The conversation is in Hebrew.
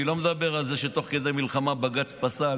אני לא מדבר על זה שתוך כדי מלחמה בג"ץ פסל